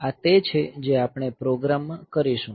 આ તે છે જે આપણે પ્રોગ્રામમાં કરીશું